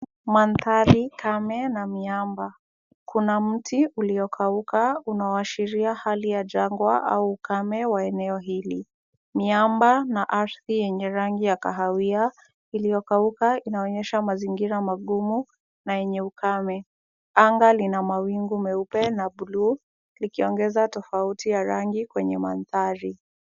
Manthari kame na miamba. Kuna mti uliokauka unawashiria hali ya jangwa au ukame wa eneo hili. Miamba na ardhi yenye rangi ya kahawia iliyokauka inaonyesha mazingira magumu na yenye ukame. Anga lina mawingu meupe na buluu linaongeza tofauti ya rangi kwenye manthari.